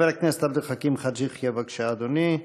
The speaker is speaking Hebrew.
חבר הכנסת עבד אל חכים חאג' יחיא, בבקשה, אדוני.